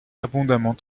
abondamment